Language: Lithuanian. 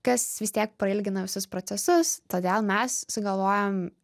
kas vis tiek prailgina visus procesus todėl mes sugalvojom